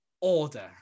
order